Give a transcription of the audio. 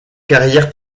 carrière